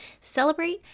celebrate